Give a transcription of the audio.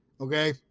Okay